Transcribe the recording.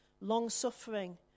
long-suffering